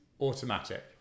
automatic